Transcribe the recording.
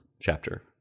chapter